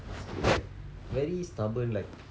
like very stubborn like